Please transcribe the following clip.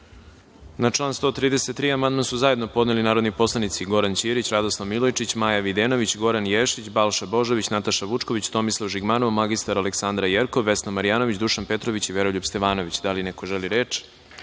član 140 amandman su zajedno podneli narodni poslanici Goran Ćirić, Radoslav Milojičić, Maja Videnović, Goran Ješić, Balša Božović, Nataša Vučković, Tomislav Žigmanov, mr Aleksandra Jerkov, Vesna Marjanović, Dušan Petrović i Veroljub Stevanović.U sistemu su i